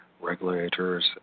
Regulators